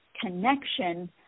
connection